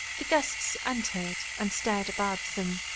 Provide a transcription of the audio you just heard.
the guests entered, and stared about them.